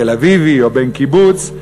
תל-אביבי או בן קיבוץ,